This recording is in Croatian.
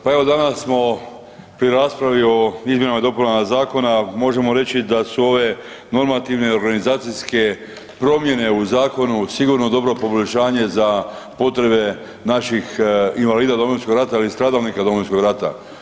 Pa evo danas smo pri raspravi o izmjenama i dopunama zakona, možemo reći da su ove normativne organizacijske promjene u zakonu, sigurno dobro poboljšanje za potrebe naših invalida Domovinskog rata ali i stradalnika Domovinskog rata.